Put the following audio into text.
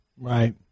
Right